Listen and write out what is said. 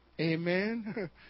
Amen